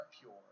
pure